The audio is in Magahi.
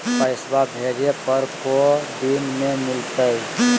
पैसवा भेजे पर को दिन मे मिलतय?